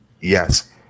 Yes